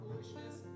foolishness